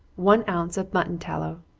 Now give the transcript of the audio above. one ounce of mutton tallow.